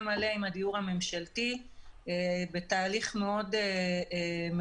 מלא עם הדיור הממשלתי בתהליך מאוד סדור,